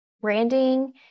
branding